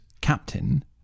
captain